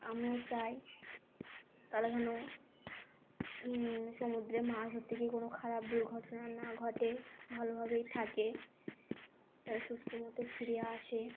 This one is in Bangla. আমিও চাই তারা যেন সমুদ্রে মাছ ধরতে গিয়ে কোনো খারাপ দুর্ঘটনা না ঘটে ভালো ভাবেই থাকে তারা সুস্থ মতো ফিরে আসে